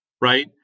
right